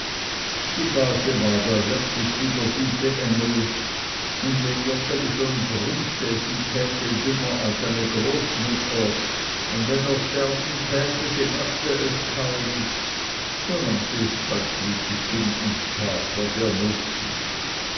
die base war wirklich da wie der gute engel und wenn joggeli schon brummte sie täte dümmer als eine großmutter und wenn er sterben täte sie merkte es kaum so nahm sie es kaltblütig hin und tat was ihr